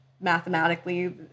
mathematically